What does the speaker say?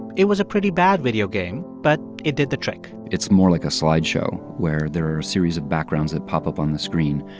it was a pretty bad video game, but it did the trick it's more like a slideshow, where there are series of backgrounds that pop up on the screen.